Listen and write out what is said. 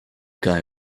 guy